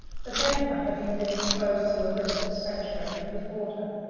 the damper having been exposed to the weather was saturated with water.